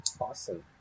Awesome